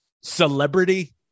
celebrity